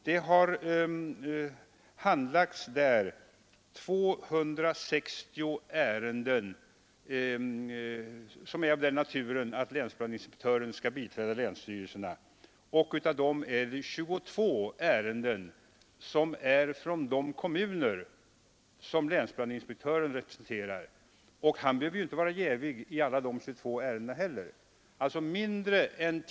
Där har under sistförflutna två budgetår tillsammans handlagts 260 ärenden av sådan natur att länsbrandinspektörerna kan ha haft att biträda länsstyrelserna. Av dessa ärenden är 22 från de kommuner som länsbrandinspektörerna representerar, men de behöver ju inte fördenskull vara jäviga i alla dessa 22 ärenden.